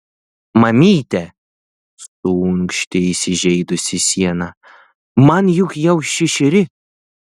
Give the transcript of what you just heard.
mamyte suunkštė įsižeidusi siena man juk jau šešeri